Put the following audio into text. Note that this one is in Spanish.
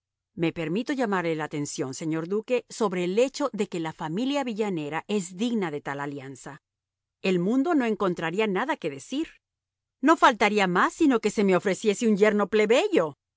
me permito llamarle la atención señor duque sobre el hecho de que la familia villanera es digna de tal alianza el mundo no encontraría nada que decir no faltaría más sino que se me ofreciese un yerno plebeyo